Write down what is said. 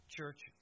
church